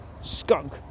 skunk